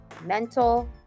mental